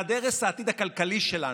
בעד הרס העתיד הכלכלי שלנו,